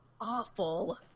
awful